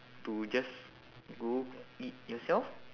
to just go eat yourself